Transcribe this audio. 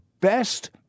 best